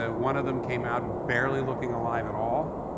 ah one of them came out barely looking alive at all,